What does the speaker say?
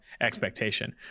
expectation